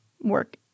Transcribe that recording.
work